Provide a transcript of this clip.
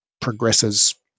progresses